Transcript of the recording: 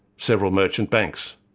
several merchant banks,